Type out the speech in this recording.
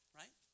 right